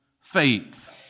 faith